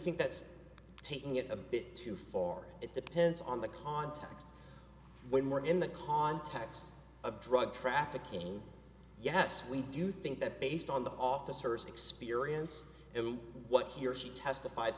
think that's taking it a bit too far it depends on the context when we're in the context of drug trafficking yes we do think that based on the officer's experience and what he or she testifie